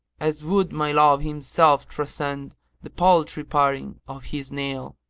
as would my love himself transcend the paltry paring of his nail!